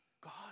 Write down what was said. God